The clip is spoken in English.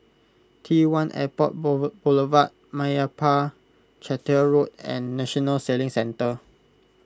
T one Airport Boulevard Meyappa Chettiar Road and National Sailing Centre